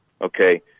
okay